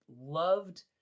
loved